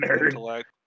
intellect